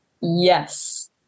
Yes